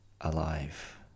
alive